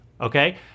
Okay